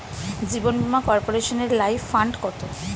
জীবন বীমা কর্পোরেশনের life fund কত?